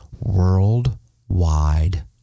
worldwide